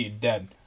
dead